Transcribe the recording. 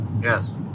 Yes